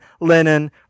linen